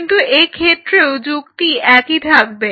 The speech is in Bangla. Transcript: কিন্তু এক্ষেত্রেও যুক্তি একই থাকবে